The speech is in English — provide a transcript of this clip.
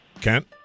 Kent